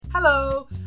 Hello